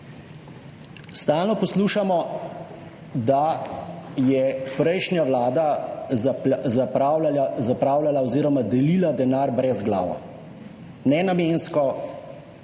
Stalno poslušamo, da je prejšnja vlada zapravljala oziroma delila denar brezglavo, nenamensko,